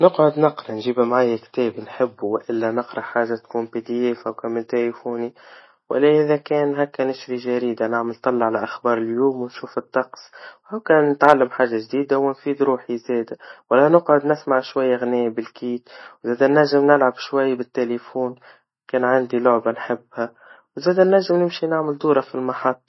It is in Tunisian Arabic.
نقعد نقرا نجيب معايا كتاب نحبه, إلا نقرا حاجة تكون بي دي إف من تليفوني, وإلا إذا كان هكا نشري جريدة ونتطلع لأخبار اليوم, ونشوف الطقس, أو كان نتعلم حاجة جديدة ونفيد روحي زيادة, وإلا نقعد نسمع شوية إغنيا بالكي, وإذا ننجم نلعب شوي بالتليفون, كان عندي لعبة نحبها, وإذا دا ننجم نمشي معمل دورة في المحطة.